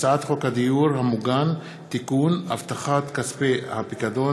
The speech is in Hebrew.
הצעת חוק הדיור המוגן (תיקון) (הבטחת כספי הפיקדון),